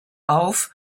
auf